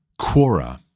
Quora